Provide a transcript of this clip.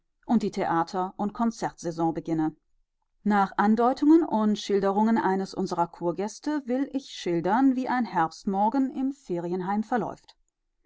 und die theater und konzertsaison beginne nach andeutungen und schilderungen eines unserer kurgäste will ich schildern wie ein herbstmorgen im ferienheim verläuft